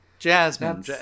Jasmine